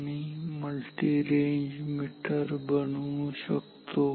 आणि आपण multi range meter बनवू शकतो